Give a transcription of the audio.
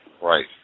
Right